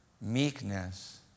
meekness